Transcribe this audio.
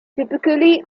typically